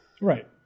Right